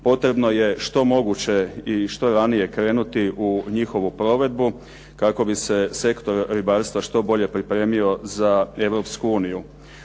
potrebno je što moguće i što ranije krenuti u njihovu provedbu kako bi se sektor ribarstva što bolje pripremio za Europsku uniju.